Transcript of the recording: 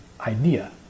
idea